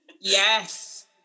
Yes